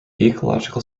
ecological